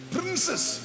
Princess